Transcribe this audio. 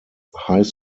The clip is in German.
high